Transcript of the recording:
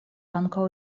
ankaŭ